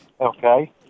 Okay